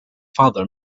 father